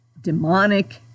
demonic